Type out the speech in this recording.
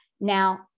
Now